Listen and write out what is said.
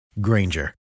Granger